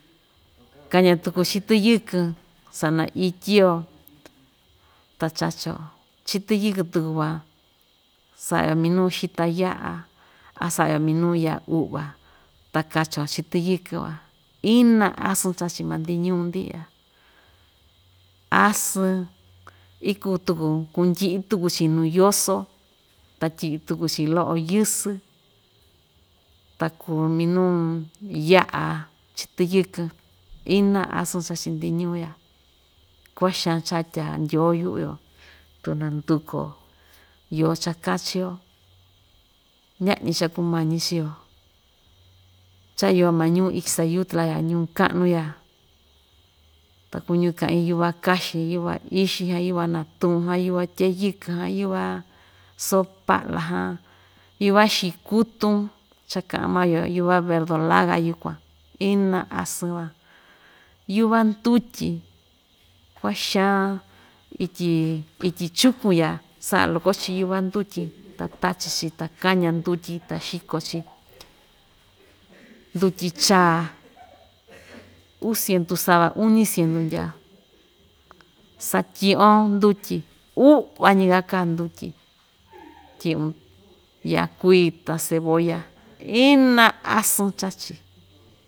Kaña tuku chɨtɨ yɨkɨn sanaityi‑yo ta chachio chɨtɨ yɨkɨn tuku van, saꞌa‑yo minuu xita yaꞌa a saꞌa‑yo minuu yaꞌa uꞌva, ta kachi‑yo chɨtɨ yɨkɨn van, ina asɨn chachi maa‑ndi ñuu‑ndi iya asɨn ikuu tuku, kundyiꞌi tuku‑chi nuu yoso ta tyiꞌi tuku‑chi loꞌo yɨsɨ ta kuu minuu yaꞌa chɨtɨ yɨkɨn ina asɨn chachi‑ndi ñuu‑ya kuaxan cha tya ndyoo yuꞌu‑yo tu nanduku‑yo iyo cha‑kachi‑yo ñaꞌa‑ñi chaa kumañi chii‑yo, cha iyo maa ñuu ixtayutla ya nuu kaꞌnu ya, takuñu kaꞌin yuva kasɨn, yuva ixinha yuva natuuha, yuva tyeyɨkɨnha yuva so paꞌlahan, tuva xikutun cha kaꞌan maa‑yo yuva verdolaga yukuan ina asɨn van, yuva ndutyi kuaxaan ityi, ityi chukun‑ya saꞌa loko‑chi yuva ndutyi, ta tachi‑chi ta kaña ndutyi ta xikochi, ndutyi chaa uu sindu sava, uñi siendu ndyaa, satyiꞌi‑o ndutyi uꞌva ñikaa kaa ndutyi, tyiꞌun yakui ta cebolla, ina asɨn chachi.